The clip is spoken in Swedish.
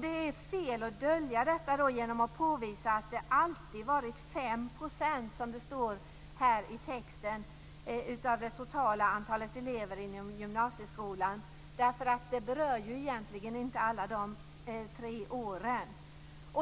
Det är fel att dölja detta genom att påvisa att det alltid varit 5 %, som det står här i texten, av det totala antalet elever inom gymnasieskolan. Det berör ju egentligen inte alla de tre åren.